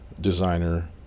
designer